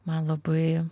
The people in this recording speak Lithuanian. man labai